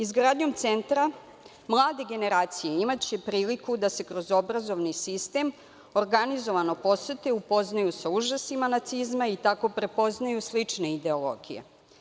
Izgradnjom centra, mlade generacije imaće priliku da kroz obrazovni sistem organizovano posete i upoznaju sa užasima nacizma i tako prepoznaju slične ideologije.